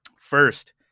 First